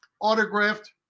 autographed